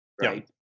right